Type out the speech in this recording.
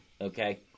Okay